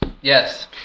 yes